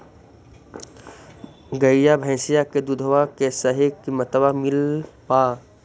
गईया भैसिया के दूधबा के सही किमतबा मिल पा?